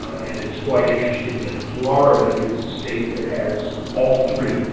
and it's quite interesting that florida is a state that has all three.